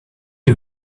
die